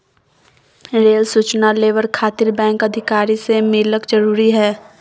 Rail सूचना labour खातिर bank अधिकारी से मिलक जरूरी है?